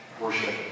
worship